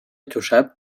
josep